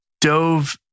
dove